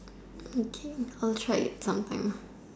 okay I'll try it sometime